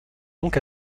donc